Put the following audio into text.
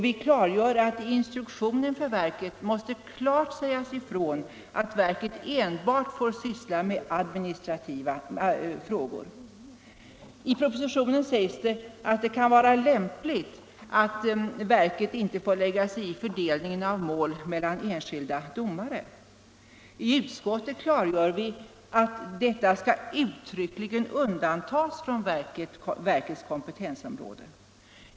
Vi klargör att i instruktionen för verket måste klart sägas ifrån att verket enbart får syssla med administrativa frågor. I propositionen sägs det att det kan vara lämpligt att verket inte får lägga sig i fördelningen av mål mellan enskilda domare. I utskottet klargör vi att detta skall uttryckligen undantas från verkets kompetensområde.